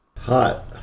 Hot